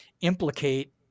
implicate